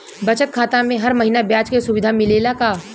बचत खाता में हर महिना ब्याज के सुविधा मिलेला का?